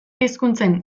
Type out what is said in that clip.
hizkuntzen